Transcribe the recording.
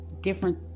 different